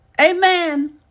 Amen